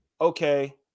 okay